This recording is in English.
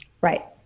Right